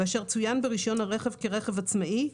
ואשר צוין ברישיון הרכב כרכב עצמאי,